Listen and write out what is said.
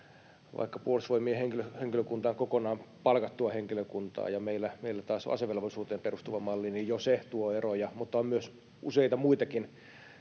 vaikka puolustusvoimien henkilökunta on kokonaan palkattua henkilökuntaa ja meillä taas on asevelvollisuuteen perustuva malli, niin jo se tuo eroja. Mutta on myös useita muitakin